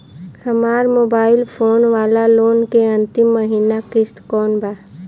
हमार mobile phone वाला loan के अंतिम महिना किश्त कौन बा?